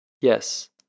Yes